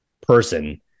person